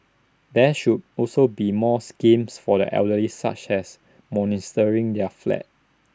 there should also be more schemes for the elderly such as monetising their flat